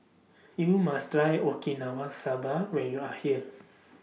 YOU must Try Okinawa Soba when YOU Are here